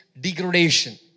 degradation